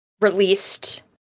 released